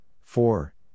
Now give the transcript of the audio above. Four